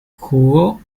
jugó